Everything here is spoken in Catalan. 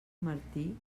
martí